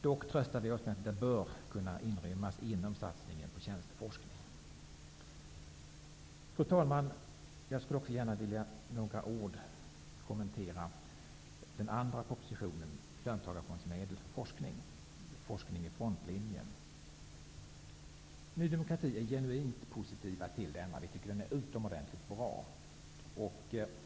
Dock tröstar vi oss med att detta bör kunna inrymmas inom satsningen på tjänsteforskning. Fru talman! Jag skulle också med några ord vilja kommentera propositionen om löntagarfondsmedel för forskning -- Forskning i frontlinjen. Vi i Ny demokrati är genuint positiva till denna proposition. Den är utomordentligt bra.